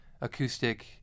acoustic